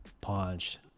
punched